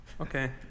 okay